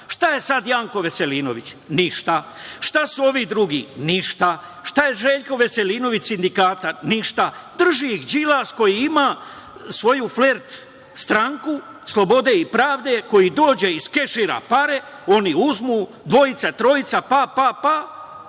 Šta je sada Janko Veselinović? Ništa. Šta su ovi drugi? Ništa. Šta je Željko Veselinović? Ništa. Drži ih Đilas koji ima svoju flert stranku slobode i pravde, koji dođe i iskešira pare, oni uzmu, dvojca-trojca, paf-paf-paf,